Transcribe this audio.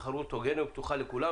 תחרות הוגנת ופתוחה לכולם,